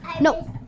No